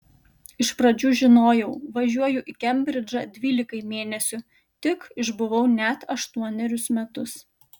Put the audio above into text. iš pradžių žinojau važiuoju į kembridžą dvylikai mėnesių tik išbuvau net aštuonerius metus